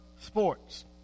sports